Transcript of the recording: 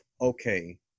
okay